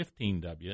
15W